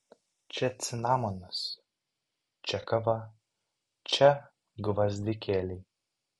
čia cinamonas čia kava čia gvazdikėliai